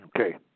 Okay